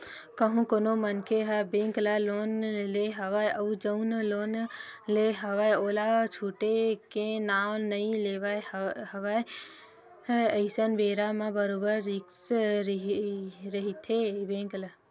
कहूँ कोनो मनखे ह बेंक ले लोन ले हवय अउ जउन लोन ले हवय ओला छूटे के नांव नइ लेवत हवय अइसन बेरा म बरोबर रिस्क रहिथे बेंक ल